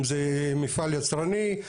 אם זה מפעל יצרני,